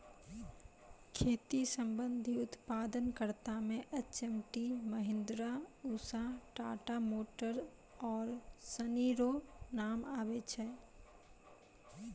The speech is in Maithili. खेती संबंधी उप्तादन करता मे एच.एम.टी, महीन्द्रा, उसा, टाटा मोटर आरु सनी रो नाम आबै छै